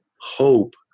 Hope